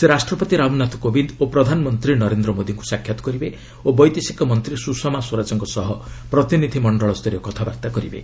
ସେ ରାଷ୍ଟ୍ରପତି ରାମନାଥ କୋବିନ୍ଦ ଓ ପ୍ରଧାନମନ୍ତ୍ରୀ ନରେନ୍ଦ୍ର ମୋଦିଙ୍କୁ ସାକ୍ଷାତ୍ କରିବେ ଓ ବୈଦେଶିକ ମନ୍ତ୍ରୀ ସୁଷମା ସ୍ୱରାଜଙ୍କ ସହ ପ୍ରତିନିଧି ମଶ୍ଚଳ ସ୍ତରୀୟ କଥାବାର୍ତ୍ତା କରିବେ